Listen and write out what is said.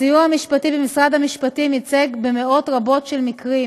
הסיוע המשפטי במשרד המשפטים ייצג במאות רבות של מקרים